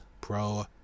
Pro